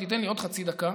תן לי עוד חצי דקה,